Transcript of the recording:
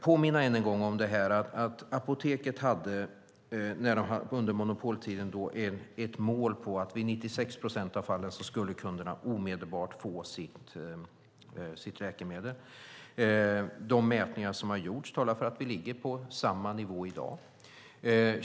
Låt mig än en gång påminna om att Apoteket AB under monopoltiden hade målet att kunderna i 96 procent av fallen omedelbart skulle få sina läkemedel. De mätningar som har gjorts talar för att vi ligger på samma nivå i dag.